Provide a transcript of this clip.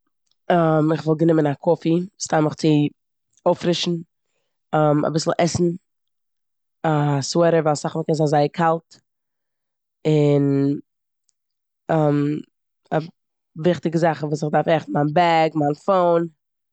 כ'וואלט גענומען א קאפי, סתם מיך צו אויפפרישן, אביסל עסן, א סוועטער ווייל אסאך מאל קען זייער קאלט און וויכטיגע זאכן וואס איך דארף עכט. מיין בעג, מיין פאון.